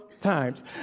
times